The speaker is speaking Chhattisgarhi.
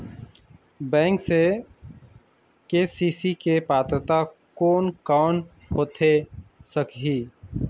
बैंक से के.सी.सी के पात्रता कोन कौन होथे सकही?